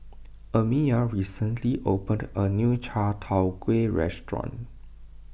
Amiyah recently opened a new Chai Tow Kuay restaurant